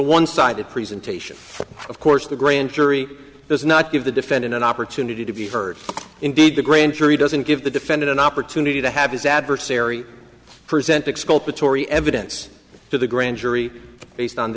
one sided presentation of course the grand jury does not give the defendant an opportunity to be heard indeed the grand jury doesn't give the defendant an opportunity to have his adversary present exculpatory evidence to the grand jury based on